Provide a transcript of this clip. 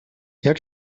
jak